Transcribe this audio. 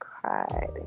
cried